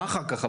מה אחר כך?